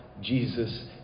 Jesus